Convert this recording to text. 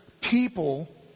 people